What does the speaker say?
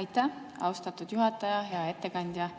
Aitäh, austatud juhataja! Hea ettekandja!